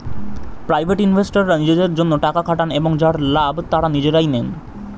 private ইনভেস্টররা নিজেদের জন্যে টাকা খাটান এবং যার লাভ তারা নিজেরাই নেন